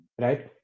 right